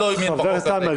חבר הכנסת עמאר,